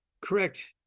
correct